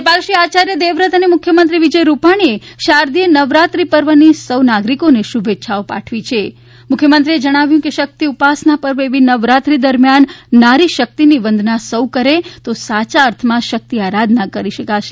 રાજ્યપાલ શ્રી આચાર્ય દેવવ્રત અને મુખ્યમંત્રી વિજય રૂપાણીએ શારદીય નવરાત્રિ પર્વની સૌ નાગરિકોને શુભેચ્છા પાઠવી છે અને મુખ્યમંત્રીએ જણાવ્યું છે કે કહ્યું છે કે શકિત ઉપાસના પર્વ એવી નવરાત્રિ દરમ્યાન નારીશક્તિની વંદના સૌ કરે તો સાચા અર્થમાં શક્તિ આરાધના કરી ગણાશે